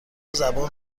زبان